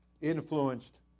influenced